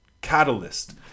Catalyst